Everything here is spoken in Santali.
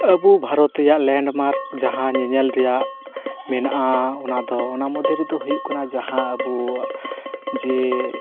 ᱟᱵᱚ ᱵᱷᱟᱨᱚᱛ ᱨᱮᱭᱟᱜ ᱞᱮᱱᱰᱼᱢᱟᱨᱠ ᱡᱟᱦᱟᱸ ᱧᱮᱧᱮᱞ ᱨᱮᱭᱟᱜ ᱢᱮᱱᱟᱜᱼᱟ ᱚᱱᱟᱫᱚ ᱢᱚᱱᱟ ᱢᱚᱫᱽᱫᱷᱮ ᱨᱮᱫᱚ ᱦᱩᱭᱩᱜ ᱠᱟᱱᱟ ᱡᱟᱦᱟᱸ ᱟᱵᱚᱣᱟᱜ ᱡᱮ